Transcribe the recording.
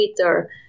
Twitter